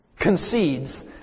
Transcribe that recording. concedes